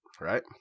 right